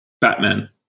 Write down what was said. Batman